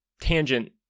tangent